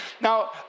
Now